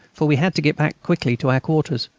for we had to get back quickly to our quarters.